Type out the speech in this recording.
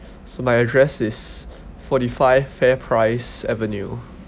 so my address is forty five fair price avenue